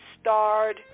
starred